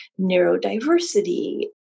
neurodiversity